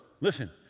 listen